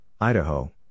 Idaho